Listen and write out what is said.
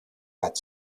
but